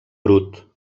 brut